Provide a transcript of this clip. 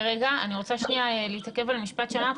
אני רוצה להתעכב על המשפט שלך.